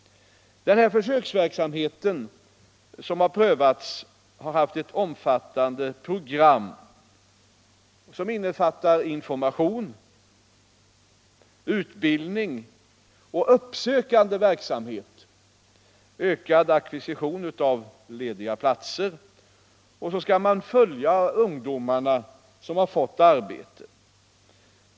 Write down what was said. Denna försöksverksamhet har haft ett omfattande program med information, utbildning, uppsökande verksamhet och ökad ackvisition av lediga platser. Man skall också följa de ungdomar som har fått arbete.